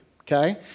okay